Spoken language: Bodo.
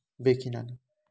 बेखिनियानो